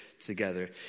together